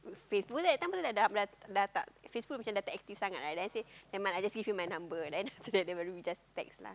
Facebook at that time because that time macam dah tidak dah tidak Facebook macam dah tidak active then I say nevermind lah I just give you my number then after that baru we just text lah